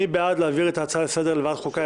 מי בעד להעביר את ההצעה לסדר לוועדת החוקה?